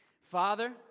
Father